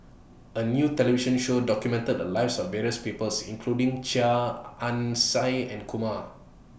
A New television Show documented The Lives of various People including Chia Ann Siang and Kumar